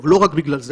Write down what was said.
טוב, לא רק בגלל זה.